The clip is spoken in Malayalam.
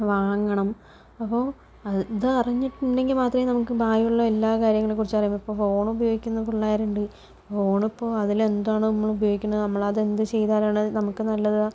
വാങ്ങണം അപ്പോൾ അതറിഞ്ഞിട്ടുണ്ടെങ്കിൽ മാത്രമേ നമുക്ക് ബാക്കിയുള്ള എല്ലാ കാര്യങ്ങളെ കുറിച്ച് അറിയാൻ പറ്റൂ ഇപ്പോൾ ഫോൺ ഉപയോഗിക്കുന്ന പിള്ളേരുണ്ട് ഫോണിപ്പോൾ അതിലെന്താണ് നമ്മളുപയോഗിക്കുന്നത് നമ്മളത് എന്ത് ചെയ്താലാണ് നമുക്ക് നല്ലത്